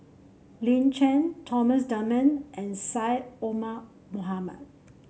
Lin Chen Thomas Dunman and Syed Omar Mohamed